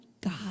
God